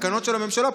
בתקנות של הממשלה,